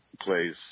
plays